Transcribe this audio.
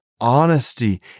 honesty